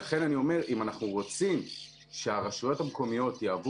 לכן אני אומר שאם אנחנו רוצים שהרשויות המקומיות יהוו